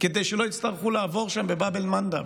כדי שלא יצטרכו לעבור שם, בבאב אל-מנדב.